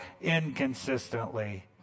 inconsistently